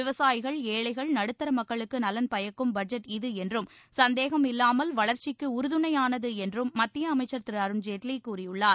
விவசாயிகள் ஏழைகள் நடுத்தர மக்களுக்கு நலன் பயக்கும் பட்ஜெட் இது என்றும் சந்தேகம் இல்லாமல் வளர்ச்சிக்கு உறுதுணையானது என்றும் மத்திய அமைச்சர் திரு அருண்ஜேட்லி கூறியுள்ளார்